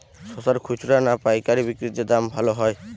শশার খুচরা না পায়কারী বিক্রি তে দাম ভালো হয়?